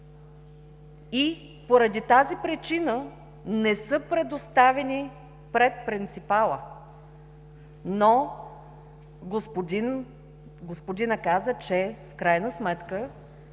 и поради тази причина не са предоставени пред принципала, но господинът каза, че в крайна сметка